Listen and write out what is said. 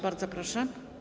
Bardzo proszę.